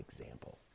example